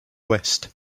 west